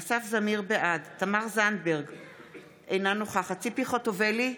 בעד תמר זנדברג, אינה נוכחת ציפי חוטובלי,